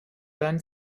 deinen